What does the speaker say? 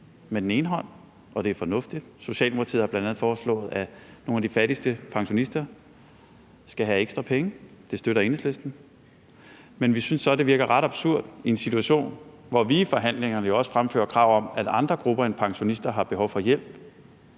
i Ukraine, og det er fornuftigt. Socialdemokratiet har bl.a. foreslået, at nogle af de fattigste pensionister skal have ekstra penge; det støtter Enhedslisten, men vi synes så, det virker ret absurd i en situation, hvor vi i forhandlingerne jo også fremfører krav om, at andre grupper end pensionister har behov for hjælp,